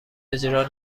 اجرا